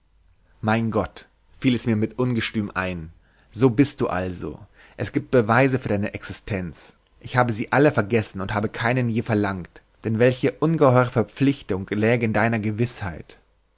mein gott fiel es mir mit ungestüm ein so bist du also es giebt beweise für deine existenz ich habe sie alle vergessen und habe keinen je verlangt denn welche unge heuere verpflichtung läge in deiner gewißheit